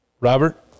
Robert